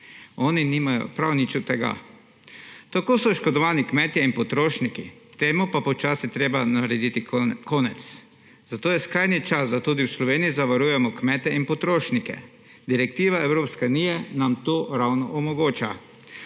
oni nimajo prav nič od tega. Tako so oškodovani kmetje in potrošniki, temu pa je počasi treba narediti konec. Zato je skrajni čas, da tudi v Sloveniji zavarujemo kmete in potrošnike. Direktiva Evropske unije nam ravno to omogoča.